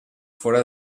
fora